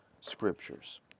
Scriptures